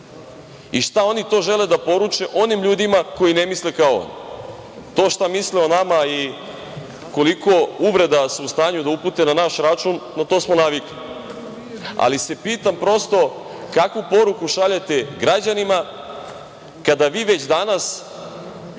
i šta oni to žele da poruče onim ljudima koji ne misle kao oni? To šta misle o nama i koliko uvreda su u stanju da upute na naš račun, na to smo navikli, ali se pitam prosto kakvu poruku šaljete građanima kada vi već danas